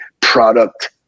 product